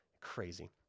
Crazy